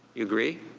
you agree?